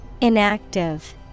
Inactive